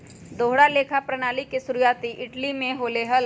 दोहरा लेखा प्रणाली के शुरुआती इटली में होले हल